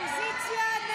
סעיף 9, כהצעת הוועדה, נתקבל.